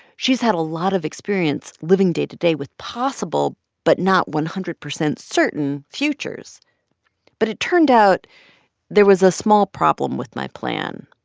she's had a lot of experience living day-to-day with possible but not one hundred percent certain futures but it turned out there was a small problem with my plan.